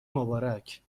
مبارک